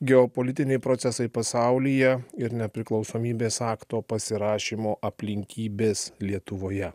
geopolitiniai procesai pasaulyje ir nepriklausomybės akto pasirašymo aplinkybės lietuvoje